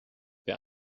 wer